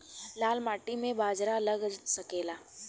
लाल माटी मे बाजरा लग सकेला?